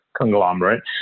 conglomerate